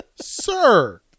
sir